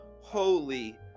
Holy